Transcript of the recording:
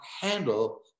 handle